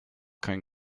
kein